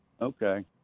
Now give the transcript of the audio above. Okay